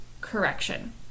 correction